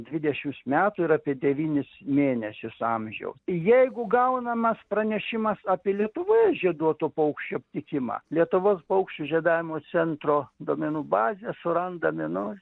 dvidešims metų ir apie devynis mėnesius amžiaus jeigu gaunamas pranešimas apie lietuvoje žieduotų paukščių aptikimą lietuvos paukščių žiedavimo centro duomenų bazę surandame nu